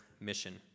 mission